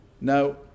Now